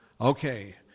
Okay